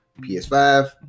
PS5